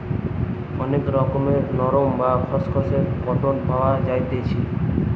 অনেক রকমের নরম, বা খসখসে কটন পাওয়া যাইতেছি